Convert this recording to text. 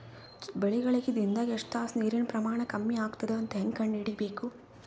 ಬೆಳಿಗಳಿಗೆ ದಿನದಾಗ ಎಷ್ಟು ತಾಸ ನೀರಿನ ಪ್ರಮಾಣ ಕಮ್ಮಿ ಆಗತದ ಅಂತ ಹೇಂಗ ಕಂಡ ಹಿಡಿಯಬೇಕು?